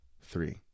three